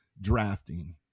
drafting